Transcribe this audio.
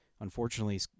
Unfortunately